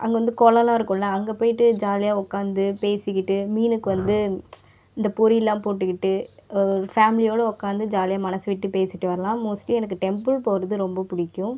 அங்கே வந்து குளம்லாம் இருக்கும்ல அங்கே போயிட்டு ஜாலியாக உட்காந்து பேசிக்கிட்டு மீனுக்கு வந்து இந்த பொரிலாம் போட்டுக்கிட்டு ஃபேமிலியோட உட்காந்து ஜாலியாக மனதுவிட்டு பேசிவிட்டு வரலாம் மோஸ்ட்லி எனக்கு டெம்பிள் போகிறது ரொம்ப பிடிக்கும்